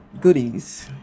goodies